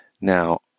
Now